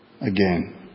again